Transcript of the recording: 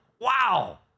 Wow